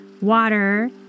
water